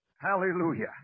Hallelujah